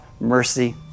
mercy